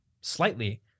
slightly